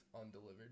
undelivered